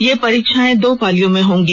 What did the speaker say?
ये परीक्षा दो पालियों में होगी